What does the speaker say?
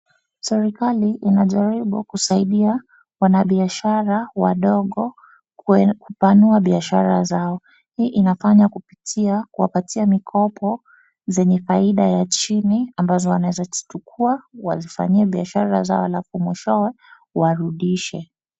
Serikali inajaribu kusaidia wanabiashara wadogo, kupanua biashara zao, hii inafanya kupitia kuwapatia mikopo zenye faida ya chini, ambazo wanaeza zichukua wazifanyie biashara zao alafu mwishowe warudishe.